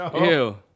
Ew